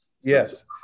Yes